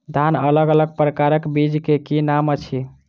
धान अलग अलग प्रकारक बीज केँ की नाम अछि?